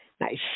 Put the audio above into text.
Nice